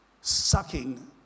sucking